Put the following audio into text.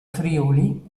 friuli